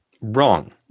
Wrong